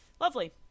lovely